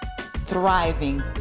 thriving